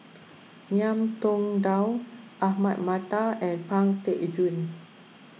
Ngiam Tong Dow Ahmad Mattar and Pang Teck Joon